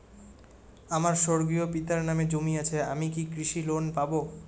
আমার স্বর্গীয় পিতার নামে জমি আছে আমি কি কৃষি লোন পাব?